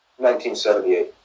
1978